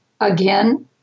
again